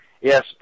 yes